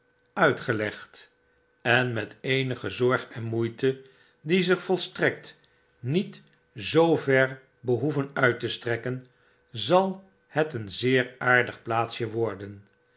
uitgelegd en met eenige zorg en moeite die zich volstrekt niet zoo ver behoeven uit te strekken zal het een zeeraardigplaatsje worden